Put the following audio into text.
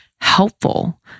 helpful